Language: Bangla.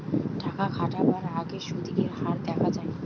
টাকা খাটাবার আগেই সুদের হার দেখা যায়